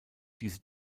diese